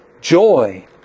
joy